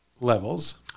levels